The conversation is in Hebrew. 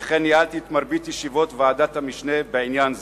וניהלתי את מרבית ישיבות ועדת המשנה בעניין זה.